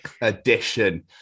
edition